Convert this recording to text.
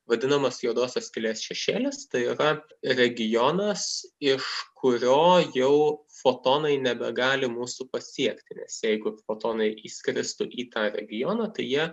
vadinamas juodosios skylės šešėlis tai yra regionas iš kurio jau fotonai nebegali mūsų pasiekti nes jeigu fotonai įskristų į tą regioną tai jie